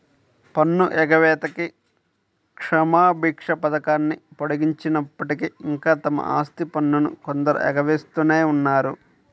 పన్ను ఎగవేతకి క్షమాభిక్ష పథకాన్ని పొడిగించినప్పటికీ, ఇంకా తమ ఆస్తి పన్నును కొందరు ఎగవేస్తూనే ఉన్నారు